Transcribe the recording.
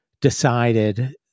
decided